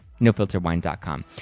Nofilterwine.com